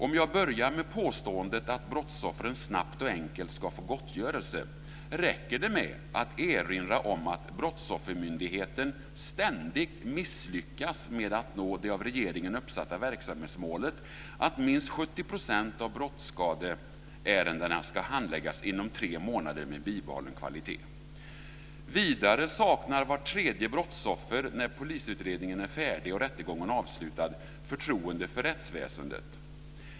Om jag börjar med påståendet att brottsoffren snabbt och enkelt ska få gottgörelse räcker det med att erinra om att Brottsoffermyndigheten ständigt misslyckas med att nå det av regeringen uppsatta verksamhetsmålet, dvs. att minst 70 % av brottsskadeärendena ska handläggas inom tre månader med bibehållen kvalitet. Vidare saknar vart tredje brottsoffer, när polisutredningen är färdig och rättegången avslutad, förtroende för rättsväsendet.